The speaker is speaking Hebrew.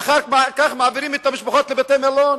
ואחר כך מעבירים את המשפחות לבתי-מלון,